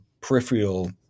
peripheral